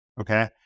Okay